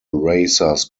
racers